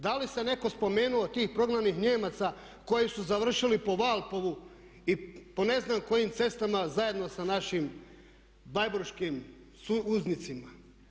Da li se netko spomenuo tih prognanih Nijemaca koji su završili po Valpovu i po ne znam kojim cestama zajedno sa našim blajburškim suuznicima.